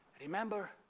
Remember